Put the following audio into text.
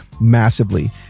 massively